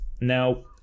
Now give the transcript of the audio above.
Now